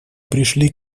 пришли